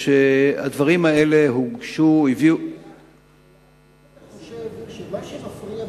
האם אתה חושב שמה שמפריע,